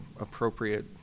appropriate